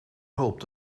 hulp